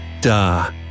duh